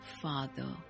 father